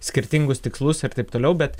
skirtingus tikslus ir taip toliau bet